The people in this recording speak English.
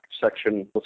section